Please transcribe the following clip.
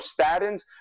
statins